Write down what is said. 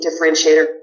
differentiator